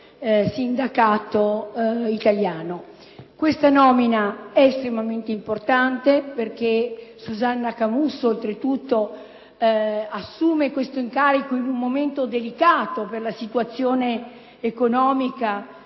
sindacato italiano. Questo fatto è estremamente importante, perché Susanna Camusso assume questo incarico in un momento delicato per la situazione economica